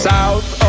South